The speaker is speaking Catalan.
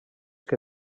que